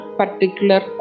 particular